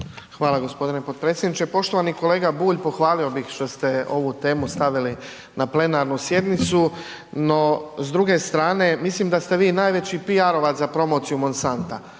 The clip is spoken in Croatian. Hvala gospodine potpredsjedniče. Poštovani kolega Bulj, pohvalio bih što ste ovu temu stavili na plenarnu sjednicu, no s druge strane mislim da ste vi najveći PR-ovac za promociju Monsanta.